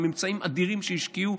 במאמצים אדירים שהשקיעו,